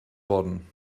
worden